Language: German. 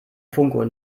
funkuhr